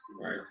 Right